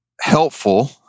helpful